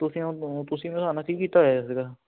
ਤੁਸੀਂ ਤੁਸੀਂ ਕੀ ਕੀਤਾ ਹੋਇਆ ਸੀਗਾ